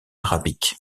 arabique